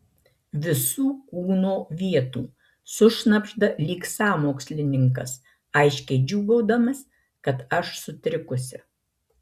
visų kūno vietų sušnabžda lyg sąmokslininkas aiškiai džiūgaudamas kad aš sutrikusi